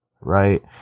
right